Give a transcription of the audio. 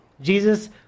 Jesus